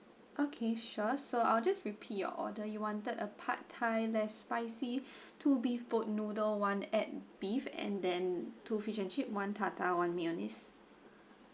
okay sure so I'll just repeat your order you wanted a pad thai less spicy two beef boat noodle one add beef and then two fish and chip one tartar one mayonnaise